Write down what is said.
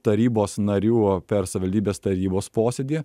tarybos narių per savivaldybės tarybos posėdį